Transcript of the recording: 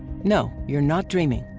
no, you're not dreaming!